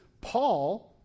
Paul